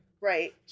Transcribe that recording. Right